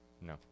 No